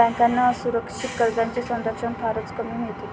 बँकांना असुरक्षित कर्जांचे संरक्षण फारच कमी मिळते